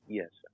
yes